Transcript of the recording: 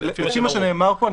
לפי מה שנאמר פה,